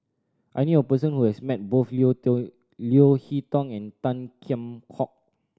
I knew a person who has met both Leo Leo Hee Tong and Tan Kheam Hock